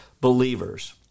believers